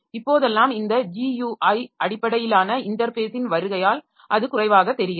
இப்போதெல்லாம் இந்த GUI அடிப்படையிலான இன்டர்ஃபேஸின் வருகையால் அது குறைவாக தெரிகிறது